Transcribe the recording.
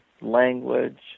language